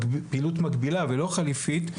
פעילות מקבילה ולא חלופית,